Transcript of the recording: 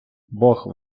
бог